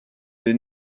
est